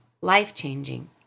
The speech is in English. Life-changing